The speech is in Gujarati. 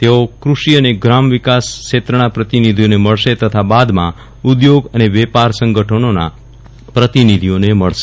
તેઓ ક્ર ષિ અને ગ્રામીજાવિકાસ ક્ષેત્રના પ્રતિનિધિઓને મળશે તથા બાદમાં ઉદ્યોગ અને વેપાર સંગઠનોના પ્રતિનિધિઓને મળશે